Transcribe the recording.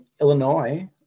Illinois